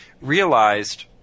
realized